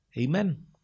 Amen